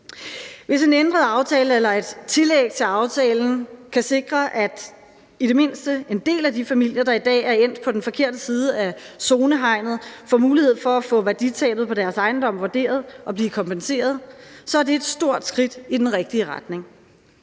Hvis en ændret aftale eller et tillæg til aftalen kan sikre, at i det mindste en del af de familier, der i dag er endt på den forkerte side af zonehegnet, får mulighed for at få værditabet på deres ejendom vurderet og blive kompenseret, så er det et stort skridt i den rigtige retning.